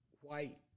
white